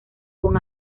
con